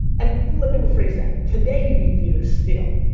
and lemme rephrase that. today, you need theater still.